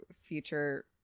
future